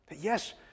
Yes